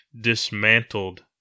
dismantled